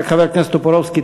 חבר הכנסת טופורובסקי,